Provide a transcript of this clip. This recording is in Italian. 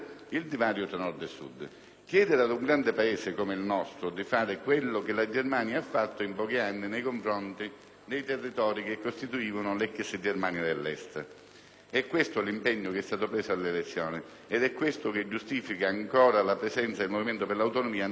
chiedere ad un grande Paese come il nostro di fare quello che la Germania ha fatto in pochi anni nei confronti dei territori che costituivano l'ex Germania dell'Est. È questo l'impegno che è stato preso alle elezioni ed è questo che giustifica ancora la presenza del Movimento per l'Autonomia nella coalizione di Governo.